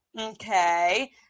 okay